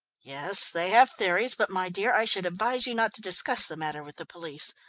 yes, they have theories, but my dear, i should advise you not to discuss the matter with the police.